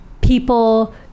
people